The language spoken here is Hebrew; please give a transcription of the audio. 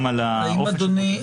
גם על האופן --- האם אדוני,